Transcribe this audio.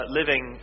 living